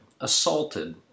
assaulted